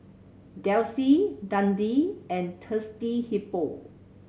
Delsey Dundee and Thirsty Hippo